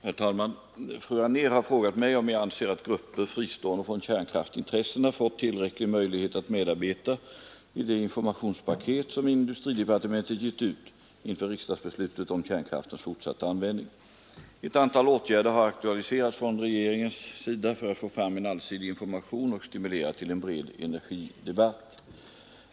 Herr talman! Fru Anér har frågat mig om jag anser att grupper fristående från kärnkraftsintressena fått tillräcklig möjlighet att medarbeta i det informationspaket som industridepartementet gett ut inför riksdagsbeslutet om kärnkraftens fortsatta användning. Ett antal åtgärder har aktualiserats från regeringens sida för att få fram en allsidig information och stimulera till en bred energidebatt.